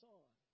on